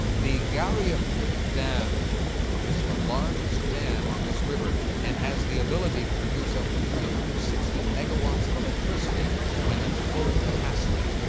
the gariep dam is the largest dam on this river and has the ability to produce up to three hundred and sixty megawatts of electricity when at full capacity.